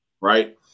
right